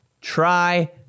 try